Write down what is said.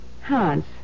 Hans